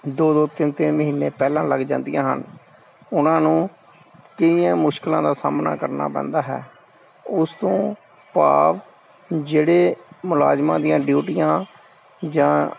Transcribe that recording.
ਦੋ ਦੋ ਤਿੰਨ ਤਿੰਨ ਮਹੀਨੇ ਪਹਿਲਾਂ ਲੱਗ ਜਾਂਦੀਆਂ ਹਨ ਉਹਨਾਂ ਨੂੰ ਕਈਆਂ ਮੁਸ਼ਕਲਾਂ ਦਾ ਸਾਹਮਣਾ ਕਰਨਾ ਪੈਂਦਾ ਹੈ ਉਸ ਤੋਂ ਭਾਵ ਜਿਹੜੇ ਮੁਲਾਜ਼ਮਾਂ ਦੀਆਂ ਡਿਊਟੀਆਂ ਜਾਂ